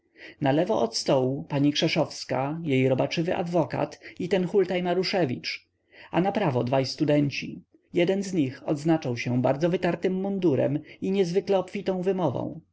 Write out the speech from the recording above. osób nalewo od stołu pani krzeszowska jej robaczywy adwokat i ten hultaj maruszewicz a naprawo dwaj studenci jeden z nich odznaczał się bardzo wytartym mundurem i niezwykle obfitą wymową